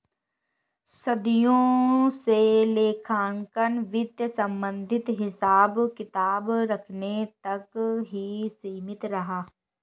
सदियों से लेखांकन वित्त संबंधित हिसाब किताब रखने तक ही सीमित रहा